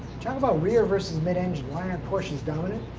talk about rear versus mid-engine, why aren't porsches dominant?